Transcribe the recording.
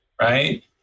right